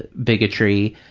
bigotry,